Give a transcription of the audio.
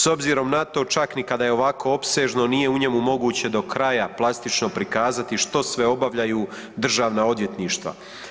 S obzirom na to čak ni kada je ovako opsežno nije u njemu moguće do kraja plastično prikazati što sve obavljaju državna odvjetništva.